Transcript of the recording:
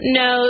no